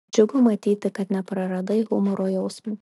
džiugu matyti kad nepraradai humoro jausmo